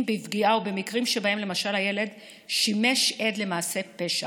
בפגיעה או במקרים שבהם למשל הילד שימש עד למעשה פשע.